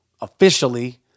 officially